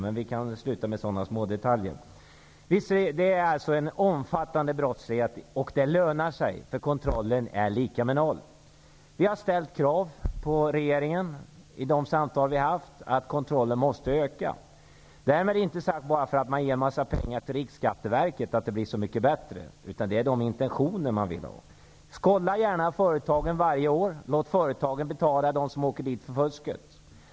Men vi kan sluta med sådana små detaljer. Brottsligheten är alltså omfattande, och den lönar sig eftersom kontrollen är lika med noll. Vi har i våra samtal med regeringen ställt krav på att kontrollen måste öka, inte bara för att få in en massa pengar till Riksskatteverket utan för att föra ut intentionerna. Skålla gärna företagen varje år. Låt företagen betala för dem som åker dit för fusk.